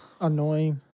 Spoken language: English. annoying